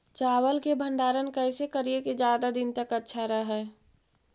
चावल के भंडारण कैसे करिये की ज्यादा दीन तक अच्छा रहै?